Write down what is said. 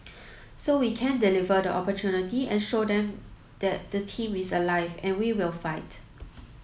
so we can deliver the opportunity and show them that the team is alive and we will fight